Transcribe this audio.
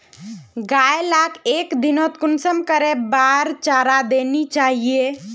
गाय लाक एक दिनोत कुंसम करे बार चारा देना चही?